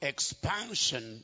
Expansion